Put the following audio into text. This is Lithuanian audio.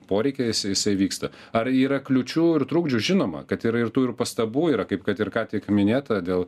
poreikiais jisai vyksta ar yra kliūčių ir trukdžių žinoma kad yra ir tų ir pastabų yra kaip kad ir ką tik minėta dėl